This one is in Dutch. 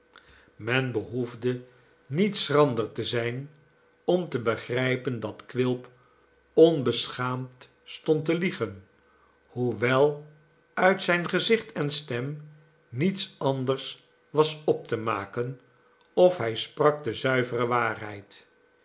men behoefde niet schrander te zijn om te begrijpen dat quilp onbeschaamd stond te liegen hoewel uit zijn gezicht en stem niets anders was op te maken of hij sprak de zuivere waarheid